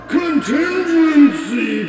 contingency